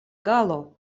galo